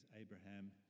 Abraham